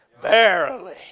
Verily